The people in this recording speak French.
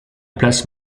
place